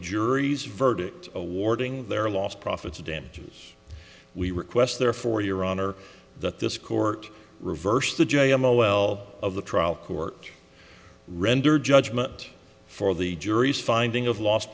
jury's verdict awarding their lost profits damages we request therefore your honor that this court reversed the j m o l of the trial court render judgment for the jury's finding of lost